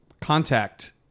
contact